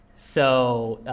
so